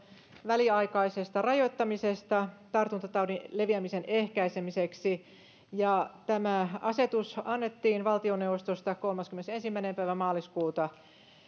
väliaikaisesta rajoittamisesta tartuntataudin leviämisen ehkäisemiseksi tämä asetus annettiin valtioneuvostosta kolmaskymmenesensimmäinen päivä maaliskuuta